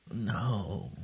No